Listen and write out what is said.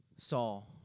Saul